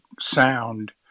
sound